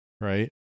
Right